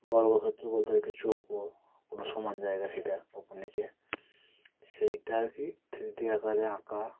বর্গক্ষেত্র বলতে একটি চৌকো কোনো সমান জায়গা সেটা উপর নিচে সেটা আর কি থ্রি ডি আকারে আঁকা